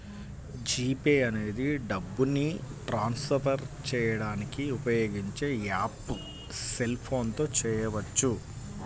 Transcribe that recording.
G pay అనేది డబ్బుని transfer చేయడానికి ఉపయోగించే యాప్పు సెల్ ఫోన్ తో చేయవచ్చు